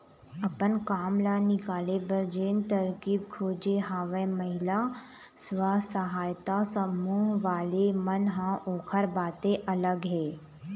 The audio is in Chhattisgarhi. अपन काम ल निकाले बर जेन तरकीब खोजे हवय महिला स्व सहायता समूह वाले मन ह ओखर बाते अलग हे